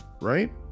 right